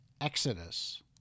exodus